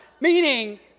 Meaning